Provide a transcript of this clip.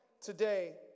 today